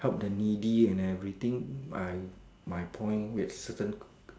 help the needy and everything my my point which certain